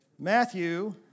Matthew